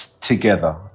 together